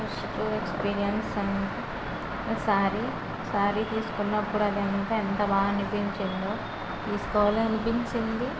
నాకు negative experience అంటే శారి శారి తీసుకున్నప్పుడు అదెంత ఎంత బా అనిపించిందో తీసుకోవాలి అనిపించింది